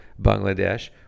Bangladesh